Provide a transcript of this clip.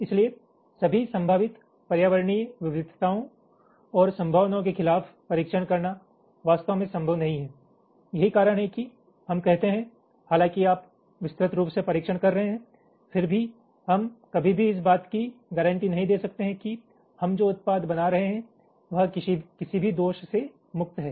इसलिए सभी संभावित पर्यावरणीय विविधताओं और संभावनाओं के खिलाफ परीक्षण करना वास्तव में संभव नहीं है यही कारण है कि हम कहते हैं हालाँकि आप विस्तृत रूप से परीक्षण कर रहे हैं फिर भी हम कभी भी इस बात की गारंटी नहीं दे सकते हैं कि हम जो उत्पाद बना रहे हैं वह किसी भी दोष से मुक्त है